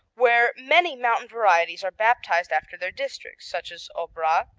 where many mountain varieties are baptized after their districts, such as aubrac,